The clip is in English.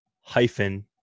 hyphen